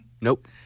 nope